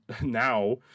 now